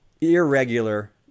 irregular